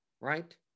right